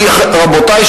רבותי,